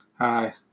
Hi